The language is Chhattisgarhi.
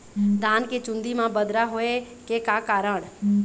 धान के चुन्दी मा बदरा होय के का कारण?